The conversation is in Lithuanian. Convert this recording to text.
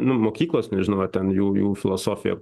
nu mokyklos nežinau ar ten jų jų filosofija